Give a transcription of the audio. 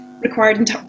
required